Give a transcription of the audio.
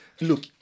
Look